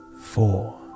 four